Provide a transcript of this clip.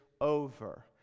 over